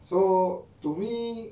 so to me